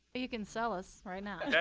you can sell us right now.